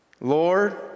Lord